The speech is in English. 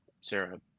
sarah